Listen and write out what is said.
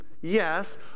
yes